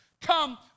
come